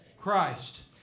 Christ